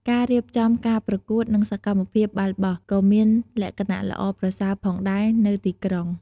ការរៀបចំការប្រកួត និងសកម្មភាពបាល់បោះក៏មានលក្ខណៈល្អប្រសើរផងដែរនៅទីក្រុង។